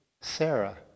Sarah